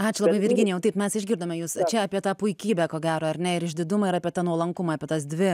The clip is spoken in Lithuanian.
ačiū labai virginijau taip mes išgirdome jus čia apie tą puikybę ko gero ar ne ir išdidumą ir apie tą nuolankumą apie tas dvi